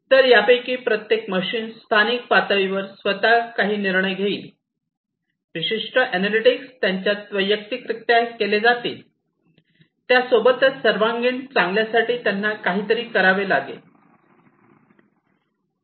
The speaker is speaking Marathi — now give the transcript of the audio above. तर यापैकी प्रत्येक मशीन स्थानिक पातळीवर स्वत काही निर्णय घेईल विशिष्ट अॅनालॅटिक्स त्यांच्यात वैयक्तिकरित्या केल्या जातील त्यासोबतच सर्वांगीण चांगल्यासाठी त्यांना काहीतरी करावे लागेल